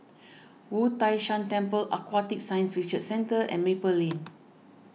Wu Tai Shan Temple Aquatic Science Research Centre and Maple Lane